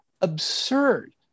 absurd